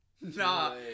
nah